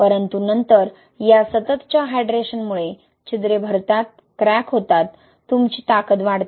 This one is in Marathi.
परंतु नंतर या सततच्या हायड्रेशनमुळे छिद्रे भरतात क्रॅक होतात तुमची ताकद वाढते